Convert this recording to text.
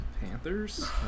Panthers